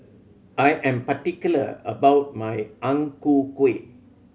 I am particular about my Ang Ku Kueh